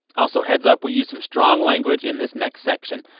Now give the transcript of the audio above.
also heads up we use some strong language in this next section.